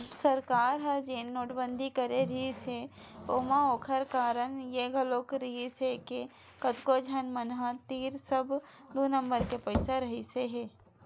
सरकार ह जेन नोटबंदी करे रिहिस हे ओमा ओखर कारन ये घलोक रिहिस हे के कतको झन मन तीर सब दू नंबर के पइसा रहिसे हे